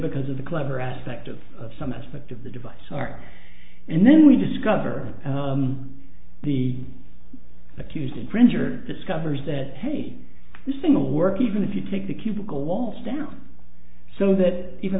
because of the clever aspect of some aspect of the device are and then we discover on the accused infringer discovers that he is single work even if you take the cubicle walls down so that even